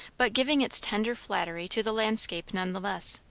but giving its tender flattery to the landscape nevertheless.